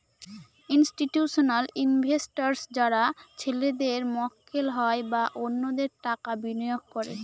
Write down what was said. institutional investors যারা ছেলেদের মক্কেল হয় বা অন্যদের টাকা বিনিয়োগ করে